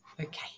Okay